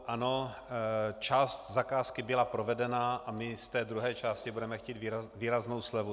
Ano, část zakázky byla provedena a my z té druhé části budeme chtít výraznou slevu.